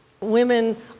women